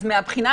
מגפה